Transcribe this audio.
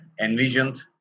envisioned